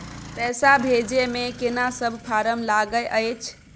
पैसा भेजै मे केना सब फारम लागय अएछ?